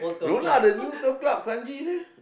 no lah the new turf club kranji there